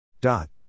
Dot